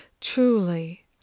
truly